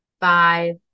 five